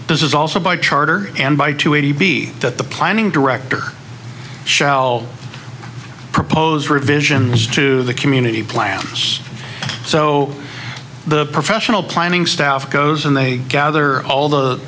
this is also by charter and by two a to b that the planning director shall propose revisions to the community plans so the professional planning staff goes and they gather